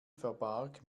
verbarg